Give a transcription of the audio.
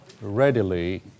readily